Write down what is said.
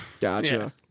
gotcha